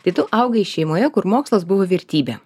tai tu augai šeimoje kur mokslas buvo vertybė